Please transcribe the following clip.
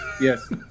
Yes